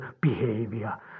behavior